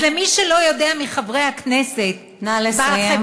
אז למי שלא יודע, מחברי הכנסת, נא לסיים.